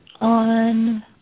on